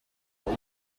uyu